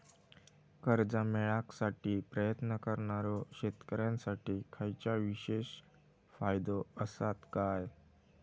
कर्जा मेळाकसाठी प्रयत्न करणारो शेतकऱ्यांसाठी खयच्या विशेष फायदो असात काय?